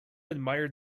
admired